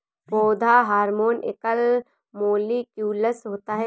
पौधा हार्मोन एकल मौलिक्यूलस होता है